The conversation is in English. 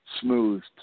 smoothed